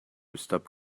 stop